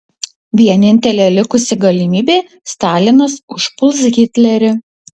vienintelė likusi galimybė stalinas užpuls hitlerį